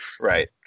Right